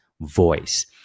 voice